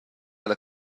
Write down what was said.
ella